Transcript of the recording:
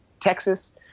Texas